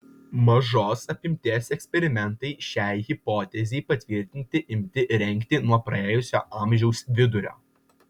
mažos apimties eksperimentai šiai hipotezei patvirtinti imti rengti nuo praėjusio amžiaus vidurio